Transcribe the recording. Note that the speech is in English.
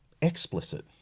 explicit